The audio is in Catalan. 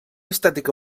estètica